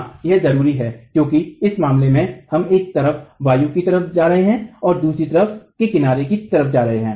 हां यह जरूरी है क्योंकि इस मामले में हम एक तरफ वायु की तरफ जा रहे हैं और दूसरी तरफ के किनारे की तरफ जा रहे हैं